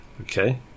Okay